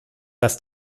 das